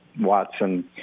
Watson